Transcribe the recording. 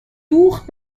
دوخت